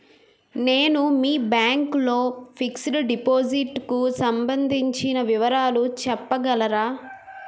నేను మీ బ్యాంక్ లో ఫిక్సడ్ డెపోసిట్ కు సంబందించిన వివరాలు చెప్పగలరా?